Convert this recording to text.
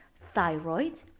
thyroid